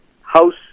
House